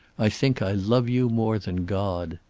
i think i love you more than god.